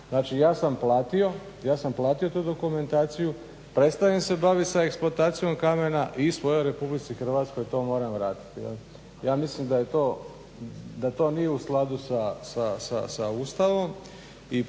Znači ja sam platio tu dokumentaciju, prestajem se baviti sa eksploatacijom kamena i svojoj RH to moram vratiti. Ja mislim da to nije u skladu sa Ustavom.